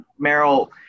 Meryl